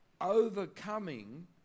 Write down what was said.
Overcoming